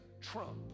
Trump